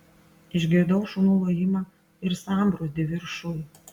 išgirdau šunų lojimą ir sambrūzdį viršuj